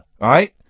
right